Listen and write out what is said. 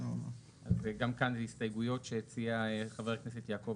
אז גם כאן ההסתייגויות שהציע חבר הכנסת יעקב